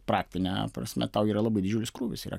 praktine prasme tau yra labai didžiulis krūvis yra